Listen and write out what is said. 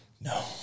no